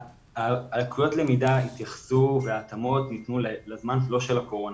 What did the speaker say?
התייחסות ללקויות למידה וההתאמות ניתנו לזמן לא של הקורונה,